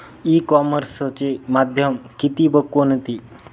E कॉमर्सचे माध्यम किती व कोणते?